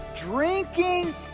Drinking